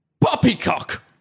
poppycock